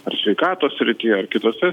ar sveikatos srityje ar kitose